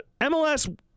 MLS